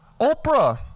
Oprah